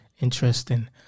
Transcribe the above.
interesting